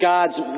God's